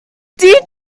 dear